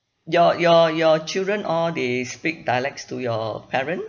your your your children all they speak dialects to your parent